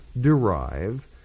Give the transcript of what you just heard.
derive